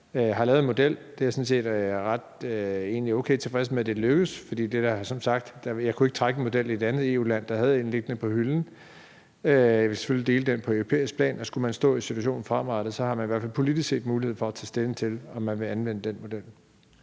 Vi har lavet en model, og det er jeg egentlig okay tilfreds med er lykkedes, for jeg kunne ikke trække en model i et andet EU-land, der havde en liggende på hylden. Jeg vil selvfølgelig dele den på europæisk plan, og skulle man stå i situationen fremadrettet, har man i hvert fald politisk set mulighed for at tage stilling til, om man vil anvende den model.